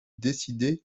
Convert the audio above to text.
décider